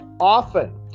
often